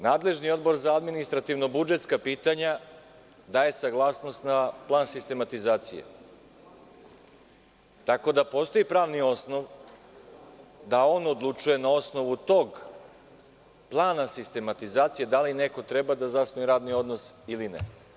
Nadležni Odbor za administrativno-budžetska pitanja daje saglasnost na plan sistematizacije, tako da postoji pravni osnov da on odlučuje na osnovu tog plana sistematizacija, da li neko treba da zasnuje radni odnos, ili ne.